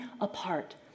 apart